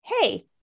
hey